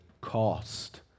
cost